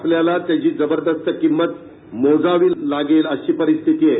आपल्याला त्याची जबरदस्त किंमत मोजावी लागेल अशी परिस्थिती आहे